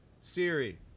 Siri